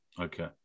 Okay